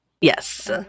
Yes